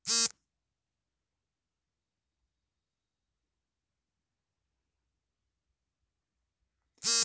ವಾಹನ ವಿಮೆ ಕಾರುಗಳು, ಟ್ರಕ್ಗಳು, ಮೋಟರ್ ಸೈಕಲ್ಗಳು ಇತರ ರಸ್ತೆ ವಾಹನಗಳಿಗೆ ವಿಮೆ ಆಗಿದೆ ಎನ್ನಬಹುದು